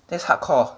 that's hardcore